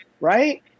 Right